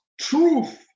truth